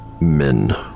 men